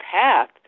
path